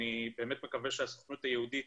אני באמת מקווה שהסוכנות היהודית